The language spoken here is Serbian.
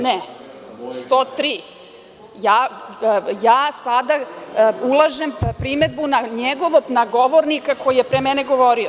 Ne, 103, ja sada ulažem primedbu na izlaganje govornika koji je pre mene govorio.